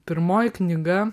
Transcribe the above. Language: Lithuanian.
pirmoji knyga